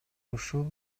ушул